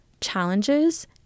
challenges